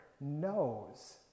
knows